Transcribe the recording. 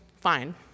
Fine